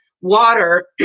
water